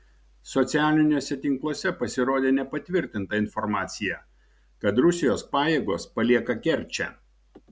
socialiniuose tinkluose pasirodė nepatvirtinta informacija kad rusijos pajėgos palieka kerčę